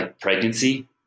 pregnancy